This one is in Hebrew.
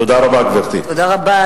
תודה רבה.